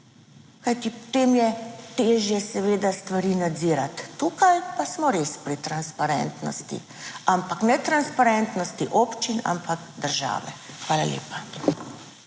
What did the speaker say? Kajti, potem je težje seveda stvari nadzirati, tukaj pa smo res pri transparentnosti, ampak ne transparentnosti občin, ampak države. Hvala lepa.